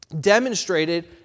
demonstrated